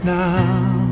now